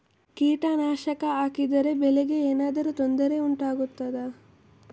ಕೀಟನಾಶಕ ಹಾಕಿದರೆ ಬೆಳೆಗೆ ಏನಾದರೂ ತೊಂದರೆ ಆಗುತ್ತದಾ?